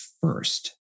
first